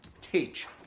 Teach